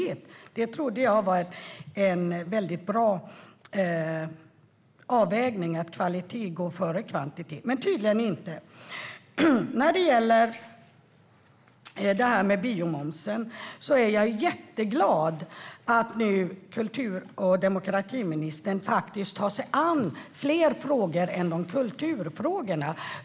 Att kvalitet går före kvantitet trodde jag var en väldigt bra avvägning, men så är det tydligen inte. När det gäller biomomsen är jag jätteglad att kultur och demokratiministern nu tar sig an fler frågor än kulturfrågorna.